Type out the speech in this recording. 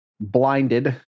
blinded